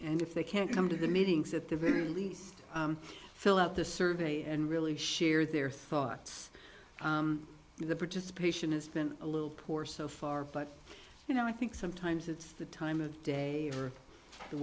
and if they can't come to the meetings at the very least fill out the survey and really share their thoughts the participation has been a little poor so far but you know i think sometimes it's the time of day for the